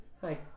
hi